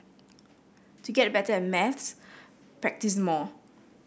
to get better at maths practise more